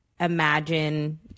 Imagine